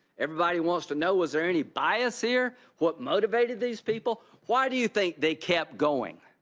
everybody wants to know was there any bias here? what motivated these people? why do you think they kept going?